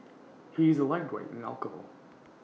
he is A lightweight in alcohol